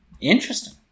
interesting